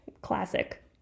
Classic